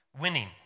winning